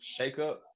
shakeup